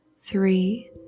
three